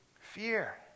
fear